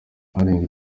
arenga